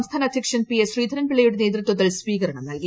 സംസ്ഥാന അധ്യക്ഷൻ P S ശ്രീധരൻപിള്ളയുടെ നേതൃത്വത്തിൽ സ്വീകരണം നൽകി